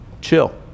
chill